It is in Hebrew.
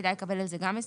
כדאי לקבל על זה הסבר.